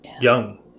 young